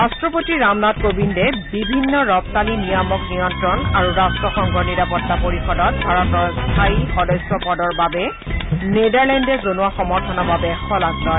ৰাট্টপতি ৰামনাথ কোবিন্দে বিভিন্ন ৰপ্তানী নিয়ামক নিয়ন্ত্ৰণ আৰু ৰাট্টসংঘৰ নিৰাপত্তা পৰিষদত ভাৰতৰ স্থায়ী সদস্যপদৰ বাবে নেদাৰলেণ্ডে জনোৱা সমৰ্থনৰ বাবে শলাগ লয়